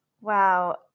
Wow